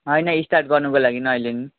होइन स्टार्ट गर्नुको लागि नयाँ लिनु